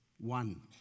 one